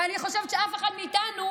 אני חושבת שאף אחד מאיתנו,